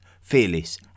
fearless